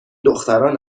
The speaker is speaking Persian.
دختران